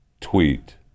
tweet